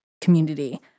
community